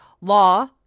law